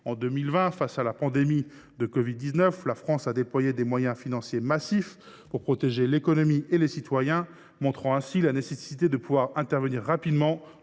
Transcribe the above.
En 2020, face à la pandémie de covid 19, la France a déployé des moyens financiers massifs pour protéger l’économie et les citoyens, montrant ainsi la nécessité de pouvoir intervenir rapidement